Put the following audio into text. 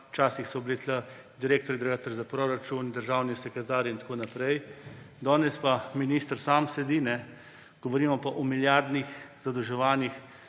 Včasih so bili tukaj direktor Direktorata za proračun, državni sekretarji in tako naprej. Danes pa minister sam sedi, govorimo pa o milijardnih zadolževanjih.